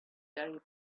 gary